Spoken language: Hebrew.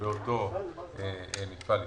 לאותו מפעל עסקי.